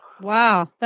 wow